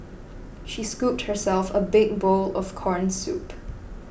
she scooped herself a big bowl of Corn Soup